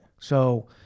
So-